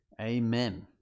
Amen